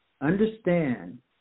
Understand